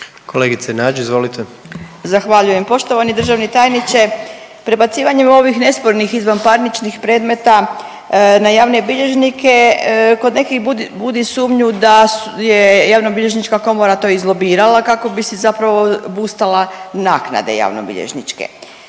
(Socijaldemokrati)** Zahvaljujem. Poštovani državni tajniče, prebacivanjem ovih nespornih izvanparničnih predmeta na javne bilježnike kod nekih budi sumnju da je javnobilježnička komora to izlobirala kako bi si zapravo bustala naknade javnobilježničke.